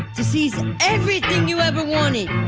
to seize um everything you ever wanted,